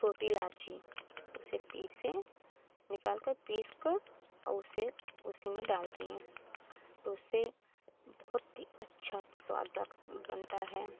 छोटी इलायची उसे पीसे निकालकर पीसकर और उसे उसी में डाल दिए तो उससे बहुत ही अच्छा स्वाद बनता है